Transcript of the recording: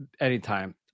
anytime